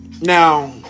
Now